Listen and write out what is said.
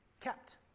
kept